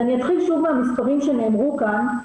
אתחיל שוב מהמספרים שנאמרו כאן,